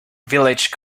village